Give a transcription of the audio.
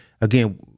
again